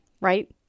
right